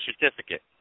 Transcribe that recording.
certificate